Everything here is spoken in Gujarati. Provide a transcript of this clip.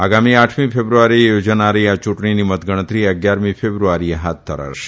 આગામી આઠમી ફેબ્રુઆરીએ યોજાનારી આ યુંટણીની મતગણતરી અગીયારમી ફેબ્રુઆરીએ હાથ ધરાશે